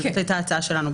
שזאת הייתה ההצעה שלנו.